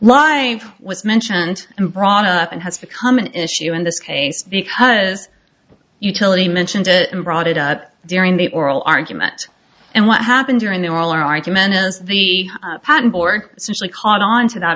lie was mentioned and brought up and has become an issue in this case because utility mentioned it and brought it up during the oral argument and what happened during the oral argument as the patent board simply caught on to that